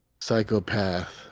psychopath